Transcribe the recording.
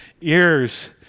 ears